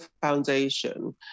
foundation